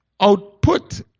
output